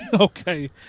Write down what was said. Okay